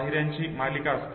पायऱ्यांची मालिका असते